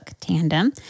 Tandem